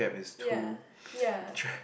ya ya